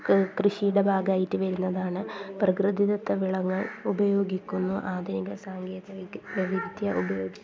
കൃഷിയുടെ ഭാഗമായിട്ട് വരുന്നതാണ് പ്രകൃതിദത്ത വിളകൾ ഉപയോഗിക്കുന്ന ആധുനിക സാങ്കേതിക വിദ്യ ഉപയോഗിക്കും